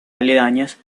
aledañas